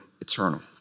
eternal